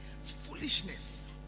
foolishness